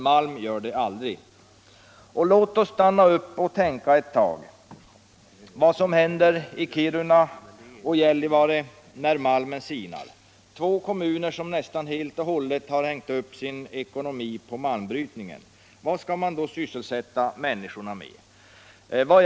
Malm däremot förnyar sig aldrig. Låt oss stanna upp ett slag och tänka på vad som händer i Kiruna och Gällivare när malmen sinar. Det är två kommuner som nästan helt och hållet har hängt upp sin ekonomi på malmbrytningen. Vad skall man sedan sysselsätta människorna med?